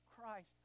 Christ